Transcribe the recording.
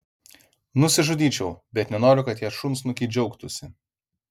nusižudyčiau bet nenoriu kad tie šunsnukiai džiaugtųsi